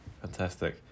Fantastic